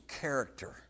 character